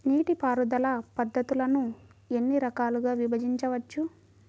నీటిపారుదల పద్ధతులను ఎన్ని రకాలుగా విభజించవచ్చు?